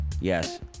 yes